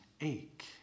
ache